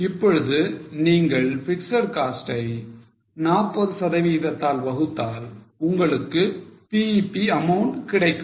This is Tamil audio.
இப்பொழுது நீங்கள் பிக்ஸட் காஸ்ட் ஐ 40 சதவிகிதத்தால் வகுத்தால் உங்களுக்கு BEP amount கிடைக்கும்